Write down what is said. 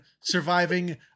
surviving